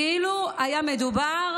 כאילו היה מדובר